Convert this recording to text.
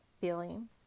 feeling